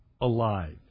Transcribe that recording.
alive